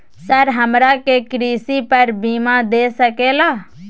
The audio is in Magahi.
सर हमरा के कृषि पर बीमा दे सके ला?